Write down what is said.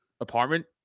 apartment